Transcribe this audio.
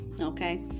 okay